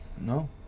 No